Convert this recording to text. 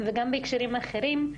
וגם בהקשרים אחרים,